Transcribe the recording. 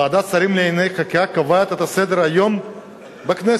ועדת שרים לענייני חקיקה קובעת את סדר-היום בכנסת.